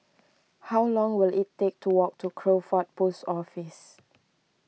how long will it take to walk to Crawford Post Office